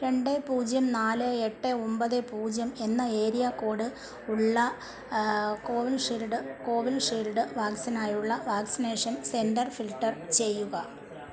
രണ്ട് പൂജ്യം നാല് എട്ട് ഒമ്പത് പൂജ്യം എന്ന ഏരിയ കോഡ് ഉള്ള കോവിഷീൽഡ് കോവിൽഷീൽഡ് വാക്സിനായുള്ള വാക്സിനേഷൻ സെൻറ്റർ ഫിൽട്ടർ ചെയ്യുക